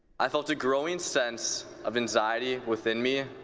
i felt a growing sense of anxiety within me